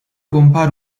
compare